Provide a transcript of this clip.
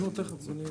אני רוצה בסוף.